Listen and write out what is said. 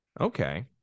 Okay